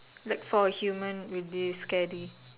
like for a human would be scary